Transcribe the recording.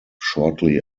shortly